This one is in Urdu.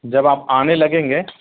جب آپ آنے لگیں گے